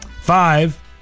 Five